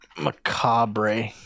Macabre